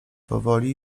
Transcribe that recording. powoli